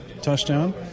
touchdown